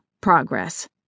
progress